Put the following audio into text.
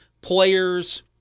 players